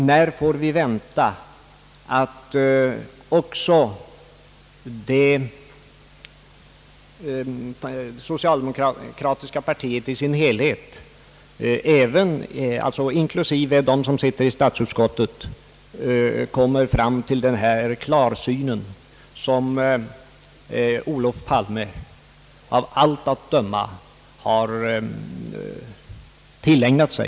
När kan vi vänta att hela det socialdemokratiska partiet, inklusive socialdemokraterna i statsutskottet, kommer fram till den klarsyn som Olof Palme av allt att döma har tillägnat sig?